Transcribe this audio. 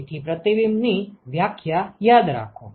તેથી પ્રતિબિંબની વ્યાખ્યા યાદ રાખો